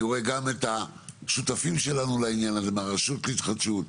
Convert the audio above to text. אני רואה גם את השותפים שלנו לעניין הזה מהרשות להתחדשות,